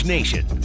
Nation